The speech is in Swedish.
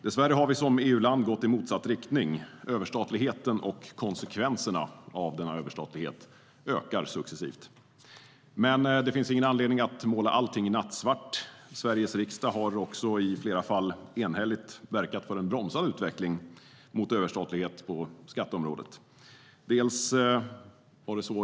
Dessvärre har vi som EU-land gått i motsatt riktning: Överstatligheten och konsekvenserna av den ökar successivt. Men det finns ingen anledning att måla allt i nattsvart. Sveriges riksdag har i flera fall enhälligt verkat för att bromsa utvecklingen mot överstatlighet på skatteområdet.